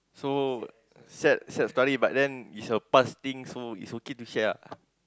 so sad sad story but then it's a past thing so it's okay to share ah